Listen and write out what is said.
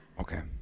Okay